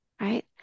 Right